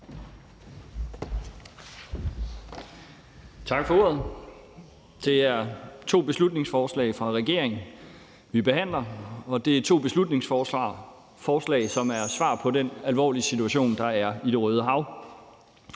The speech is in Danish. Tak for ordet. Det er to beslutningsforslag fra regeringen, vi behandler, og det er to beslutningsforslag, som er svar på den alvorlige situation, der er i Det Røde Hav.